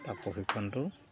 তাক প্ৰশিক্ষণটো